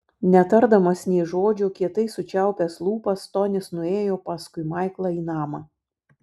netardamas nė žodžio kietai sučiaupęs lūpas tonis nuėjo paskui maiklą į namą